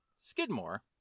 Skidmore